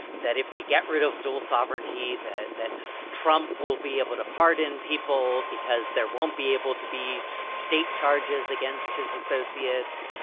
that if they get rid of dual sovereignty, that trump trump will be able to pardon people because there won't be able to be state charges against his associates.